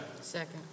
Second